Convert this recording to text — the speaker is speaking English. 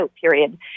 period